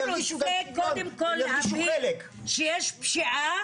הוא רוצה קודם כל להגיד שיש פשיעה